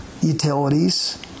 utilities